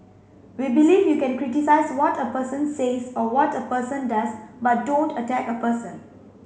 we believe you can criticise what a person says or what a person does but don't attack a person